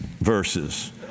Verses